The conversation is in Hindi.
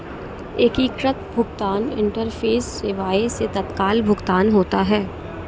एकीकृत भुगतान इंटरफेस सेवाएं से तत्काल भुगतान होता है